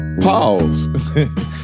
Pause